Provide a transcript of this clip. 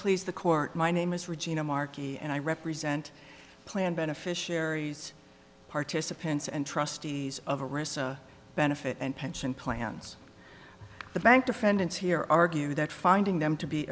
please the court my name is regina marquis and i represent planned beneficiaries participants and trustees of a recess benefit and pension plans the bank defendants here argue that finding them to be